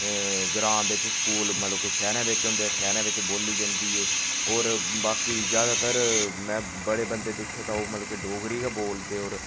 ग्रांऽ बिच्च स्कूल मतलब कि शैह्रें बिच्च होंदे शैह्रें बिच्च बोली गै जन्दी ऐ होर बाकी ज्यादातर मैं बड़े बन्दे दिक्खे तां ओह् मतलब के डोगरी गै बोलदे होर